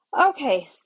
okay